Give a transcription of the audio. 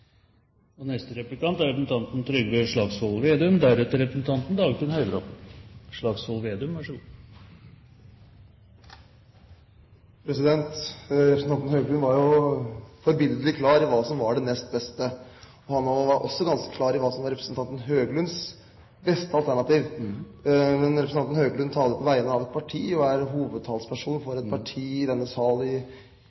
Representanten Høglund var forbilledlig klar i hva som var det nest beste. Han var også ganske klar i hva som var representanten Høglunds beste alternativ. Men representanten Høglund taler på vegne av et parti og er hovedtalsperson for